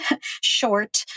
short